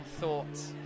thoughts